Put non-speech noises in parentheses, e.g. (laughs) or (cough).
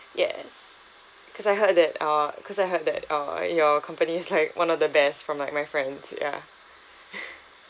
yes because I heard that uh cause I heard that uh your company's like one of the best from like my friends ya (laughs)